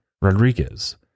Rodriguez